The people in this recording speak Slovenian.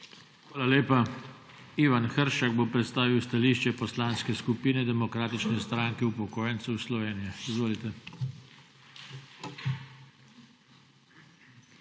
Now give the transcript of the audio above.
Hvala lepa. Ivan Hršak bo predstavil stališče Poslanske skupine Demokratične stranke upokojencev Slovenije. Izvolite. **IVAN